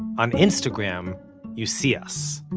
on instagram you see us.